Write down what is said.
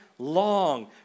Long